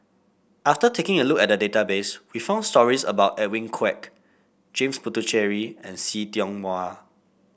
after taking a look at the database we found stories about Edwin Koek James Puthucheary and See Tiong Wah